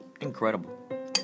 Incredible